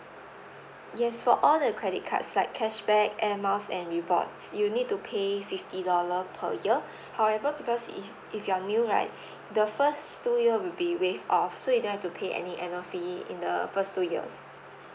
yes for all the credit cards like cashback air miles and rewards you need to pay fifty dollar per year however because if if you are new right the first two year will be waived off so you don't have to pay any annual fee in the first two years